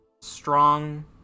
strong